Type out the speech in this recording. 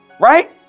Right